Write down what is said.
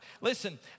Listen